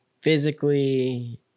physically